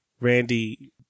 Randy